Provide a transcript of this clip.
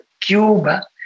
Cuba